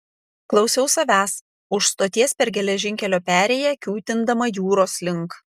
klausiau savęs už stoties per geležinkelio perėją kiūtindama jūros link